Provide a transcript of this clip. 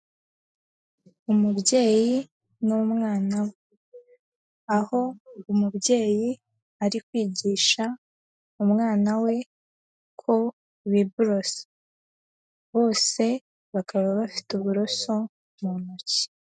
Umubyeyi n'umwana, aho umubyeyi ari kwigisha umwana we uko biborosa. Bose bakaba bafite uburoso mu ntoki.